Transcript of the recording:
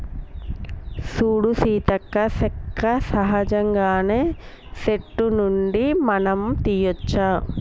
సూడు సీతక్క సెక్క సహజంగానే సెట్టు నుండి మనం తీయ్యవచ్చు